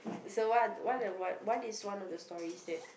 so what what the what what is one of the story that